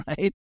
right